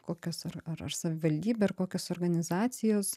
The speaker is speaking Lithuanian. kokios ar ar ar savivaldybė ar kokios organizacijos